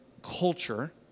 Culture